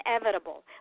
inevitable